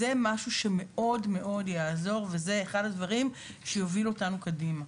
זה משהו שמאוד יעזור וזה אחד הדברים שיוביל אותנו קדימה.